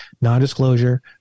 Non-disclosure